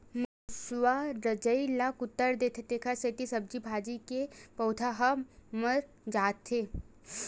मूसवा जरई ल कुतर देथे तेखरे सेती सब्जी भाजी के पउधा ह मर जाथे